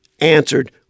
answered